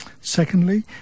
Secondly